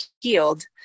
healed